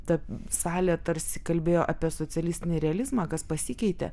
ta salė tarsi kalbėjo apie socialistinį realizmą kas pasikeitė